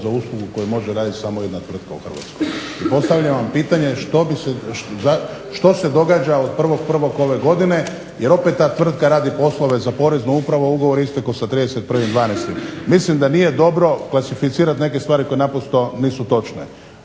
za uslugu koju može raditi samo jedna tvrtka u Hrvatskoj? Postavljam vam pitanje što se događa od 01.01. ove godine jer opet ta tvrtka radi poslove za Poreznu upravu, a ugovor je istekao sa 31.12.? Mislim da nije dobro klasificirati neke stvari koje naprosto nisu točne.